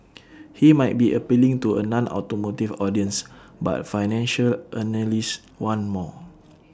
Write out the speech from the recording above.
he might be appealing to A nonautomotive audience but financial analysts want more